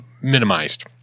minimized